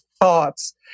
thoughts